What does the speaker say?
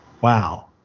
Wow